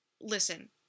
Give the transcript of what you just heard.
listen